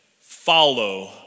follow